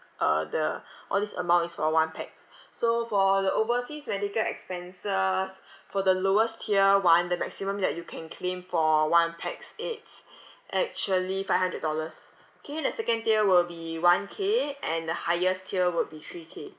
uh the all this amount is for one pax so for the overseas medical expenses for the lowest tier [one] the maximum that you can claim for one pax it's actually five hundred dollars K the second tier will be one k and the highest tier would be three k